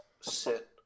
sit